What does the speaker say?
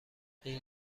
این